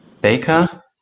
Baker